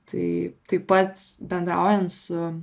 tai taip pat bendraujant su